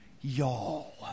y'all